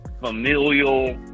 familial